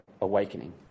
awakening